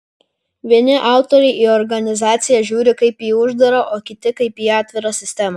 vieni autoriai į organizaciją žiūri kaip į uždarą o kiti kaip į atvirą sistemą